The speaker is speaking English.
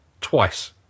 Twice